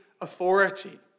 authority